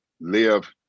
live